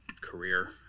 career